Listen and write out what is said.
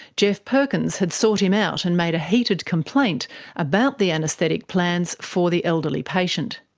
geoff perkins had sought him out and made a heated complaint about the anaesthetic plans for the elderly patient.